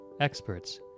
experts